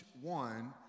one